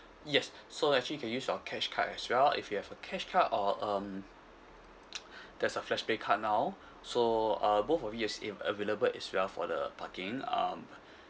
yes so actually you can use your cash card as well if you have a cash card or um there's a flashpay card now so uh both of it use in available as well for the parking um